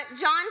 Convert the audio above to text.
John